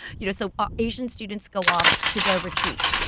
you know so ah asian students go off to their retreat.